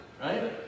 right